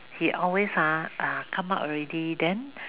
he always ah uh come out already then